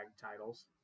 titles